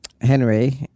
Henry